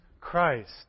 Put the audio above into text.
Christ